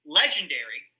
legendary